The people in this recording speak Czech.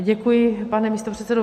Děkuji, pane místopředsedo.